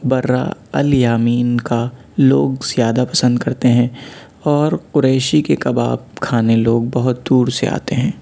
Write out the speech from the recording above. برّا اَلیامین کا لوگ زیادہ پسند کرتے ہیں اور قریشی کے کباب کھانے لوگ بہت دور سے آتے ہیں